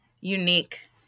unique